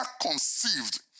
conceived